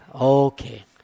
Okay